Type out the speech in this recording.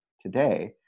today